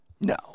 No